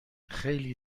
خیلی